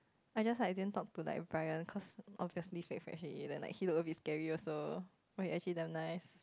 I just like I didn't talk to like Brian cause obviously fake freshie then like he look a bit scary also but he actually damn nice